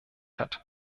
hat